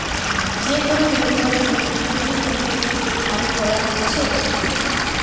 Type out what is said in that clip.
যে কোনো নদী বা সমুদ্রতে যে নৌকাতে চেপেমাছ ধরা হতিছে